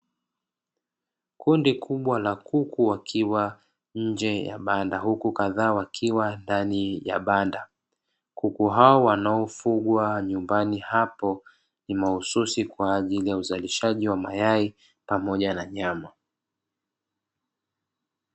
Kundi kubwa la kuku wakiwa nje ya banda; huku kadhaa wakiwa ndani ya banda, kuku hao wanaofugwa nyumbani hapo ni mahususi kwa ajili ya uzalishaji wa mayai pamoja na nyama.